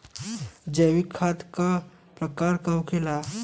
जैविक खाद का प्रकार के होखे ला?